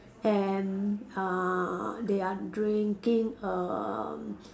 and uh they are drinking err